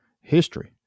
history